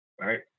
right